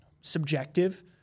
subjective